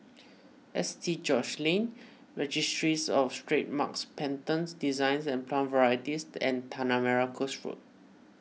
S T George's Lane Registries of Trademarks Patents Designs and Plant Varieties and Tanah Merah Coast Road